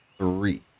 Three